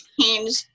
change